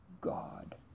God